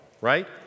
right